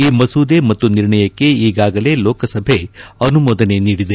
ಈ ಮಸೂದೆ ಮತ್ತು ನಿರ್ಣಯಕ್ಕೆ ಈಗಾಗಲೇ ಲೋಕಸಭೆ ಅನುಮೋದನೆ ನೀಡಿದೆ